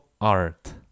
art